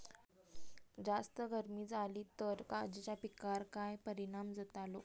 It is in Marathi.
जास्त गर्मी जाली तर काजीच्या पीकार काय परिणाम जतालो?